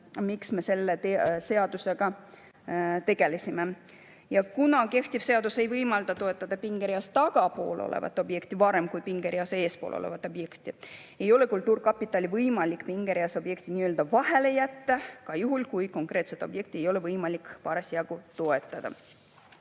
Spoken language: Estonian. miks me selle seadusega tegelesime. Kuna kehtiv seadus ei võimalda toetada pingereas tagapool olevat objekti varem kui pingereas eespool olevat objekti, ei ole kultuurkapitalil võimalik pingereas objekti nii-öelda vahele jätta ka juhul, kui konkreetset objekti ei ole võimalik parasjagu toetada.